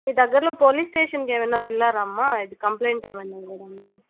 మీ దగ్గరలో పోలీస్ స్టేషన్కి ఏమన్న వెళ్ళారా అమ్మ ఇది కంప్లయింట్ ఏమన్న ఇవ్వడానికి